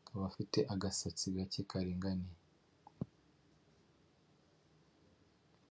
akaba afite agasatsi gake karinganiye.